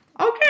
okay